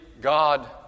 God